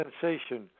sensation